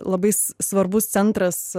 labais svarbus centras